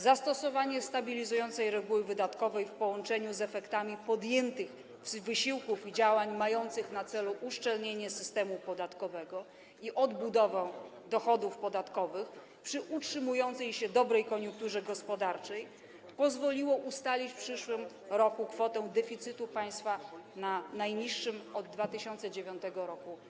Zastosowanie stabilizującej reguły wydatkowej w połączeniu z efektami podjętych wysiłków i działań mających na celu uszczelnienie systemu podatkowego i odbudowę dochodów podatkowych, przy utrzymującej się dobrej koniunkturze gospodarczej, pozwoliło ustalić kwotę deficytu państwa w przyszłym roku na najniższym poziomie od 2009 r.